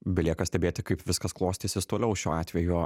belieka stebėti kaip viskas klostysis toliau šiuo atveju